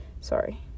Sorry